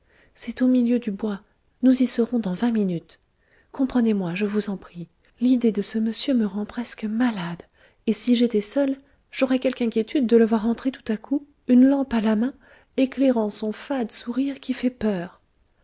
c'est au milieu du bois nous y serons dans vingt minutes comprenez moi je vous en prie l'idée de ce monsieur me rend presque malade et si j'étais seule j'aurais quelque inquiétude de le voir entrer tout à coup une lampe à la main éclairant son fade sourire qui fait peur